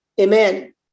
amen